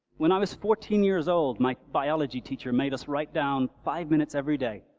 when i was fourteen years old my biology teacher made us write down five minutes everyday,